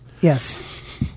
Yes